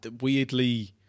weirdly